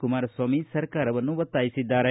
ಕುಮಾರಸ್ವಾಮಿ ಸರ್ಕಾರವನ್ನು ಒತ್ತಾಯಿಸಿದ್ದಾರೆ